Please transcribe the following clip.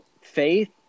faith